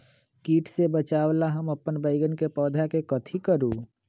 किट से बचावला हम अपन बैंगन के पौधा के कथी करू?